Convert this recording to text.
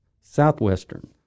southwestern